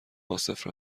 عاصف